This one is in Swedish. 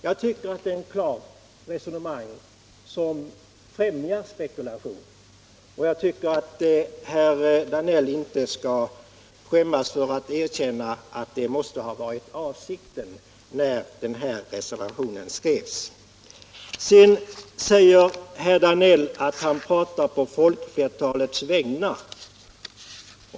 Jag tycker att det är ett resonemang som klart främjar spekulation, och jag tycker att herr Danell inte skall skämmas för att erkänna att det måste ha varit avsikten när reservationen skrevs. Sedan säger herr Danell att han talar på folkflertalets vägnar.